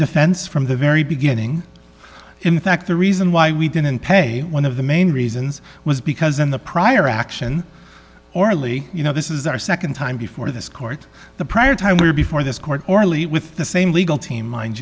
defense from the very beginning in fact the reason why we didn't pay one of the main reasons was because in the prior action orally you know this is our nd time before this court the prior time we were before this court or early with the same legal team mind